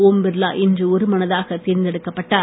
ஓம் பிர்லா இன்று ஒரு மனதாக தேர்ந்தெடுக்கப்பட்டார்